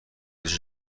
ریزش